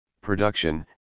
production